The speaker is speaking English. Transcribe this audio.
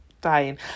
dying